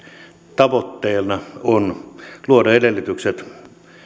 tavoitteena on luoda edellytykset